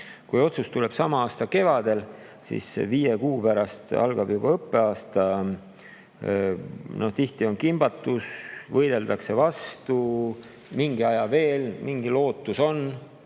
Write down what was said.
Kui otsus tuleb sama aasta kevadel, siis viie kuu pärast algab juba õppeaasta. Tihti on kimbatus, võideldakse vastu, mingi aja on veel lootus,